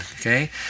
okay